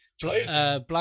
Black